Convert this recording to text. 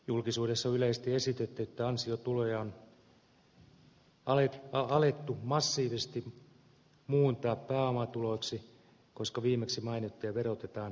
julkisuudessa on yleisesti esitetty että ansiotuloja on alettu massiivisesti muuntaa pääomatuloiksi koska viimeksi mainittuja verotetaan kevyemmin